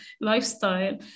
lifestyle